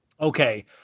Okay